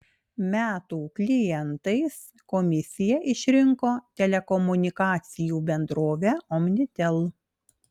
metų klientais komisija išrinko telekomunikacijų bendrovę omnitel